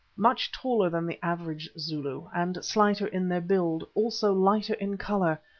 much taller than the average zulu, and slighter in their build, also lighter in colour.